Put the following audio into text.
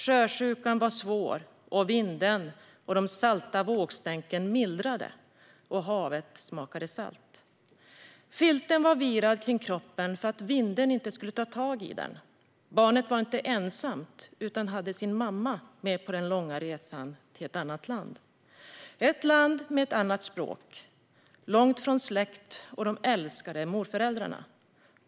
Sjösjukan var svår. Vinden och de salta vågstänken mildrade. Havet smakade salt. Filten var virad kring kroppen för att vinden inte skulle ta tag i den. Barnet var inte ensamt utan hade sin mamma med på den långa resan till ett annat land. Ett land med ett annat språk, långt från släkt och de älskade morföräldrarna.